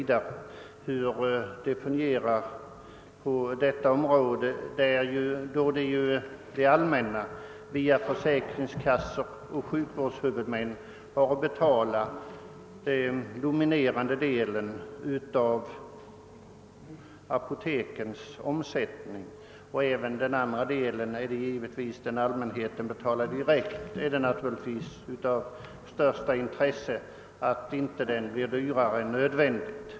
Det allmänna har ju att via försäkringskassor och sjukvårdshuvudmän betala den dominerande delen av apotekens omsättning, och inte heller den andra delen — den som allmänheten betalar direkt — får ju bli dyrare än nödvändigt.